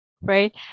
right